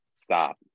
stop